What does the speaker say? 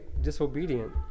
disobedient